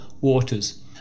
waters